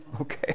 Okay